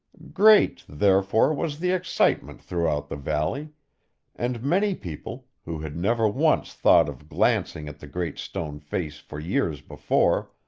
great, therefore, was the excitement throughout the valley and many people, who had never once thought of glancing at the great stone face for years before,